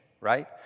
right